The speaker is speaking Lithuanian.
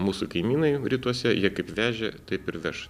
mūsų kaimynai rytuose jie kaip vežė taip ir veš